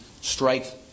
strike